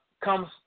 comes